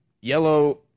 yellow